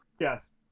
Yes